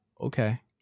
okay